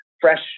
fresh